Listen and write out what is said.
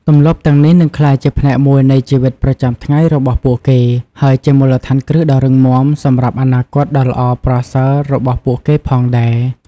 ទម្លាប់ទាំងនេះនឹងក្លាយជាផ្នែកមួយនៃជីវិតប្រចាំថ្ងៃរបស់ពួកគេ ហើយជា មូលដ្ឋានគ្រឹះដ៏រឹងមាំ សម្រាប់អនាគតដ៏ល្អប្រសើររបស់ពួកគេផងដែរ ។